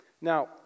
now